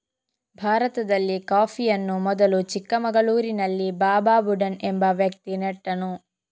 ಭಾರತದಲ್ಲಿ ಕಾಫಿಯನ್ನು ಮೊದಲು ಚಿಕ್ಕಮಗಳೂರಿನಲ್ಲಿ ಬಾಬಾ ಬುಡನ್ ಎಂಬ ವ್ಯಕ್ತಿ ನೆಟ್ಟನು